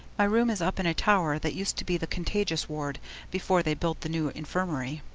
my room is up in a tower that used to be the contagious ward before they built the new infirmary.